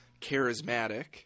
charismatic